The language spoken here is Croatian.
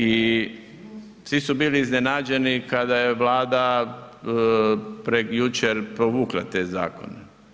I svi su bili iznenađeni kada je Vlada jučer povukla te zakone.